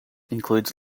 includes